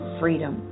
freedom